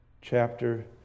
chapter